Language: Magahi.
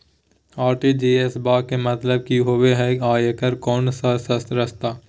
आर.टी.जी.एस बा के मतलब कि होबे हय आ एकर कोनो और रस्ता?